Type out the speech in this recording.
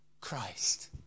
Christ